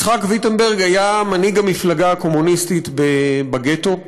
יצחק ויטנברג היה מנהיג המפלגה הקומוניסטית בגטו,